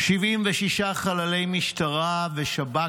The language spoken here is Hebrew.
76 חללי משטרה ושב"כ.